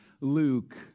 Luke